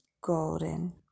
golden